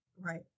right